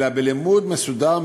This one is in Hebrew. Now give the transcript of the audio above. אלא בלימוד מסודר,